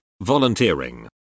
volunteering